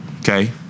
Okay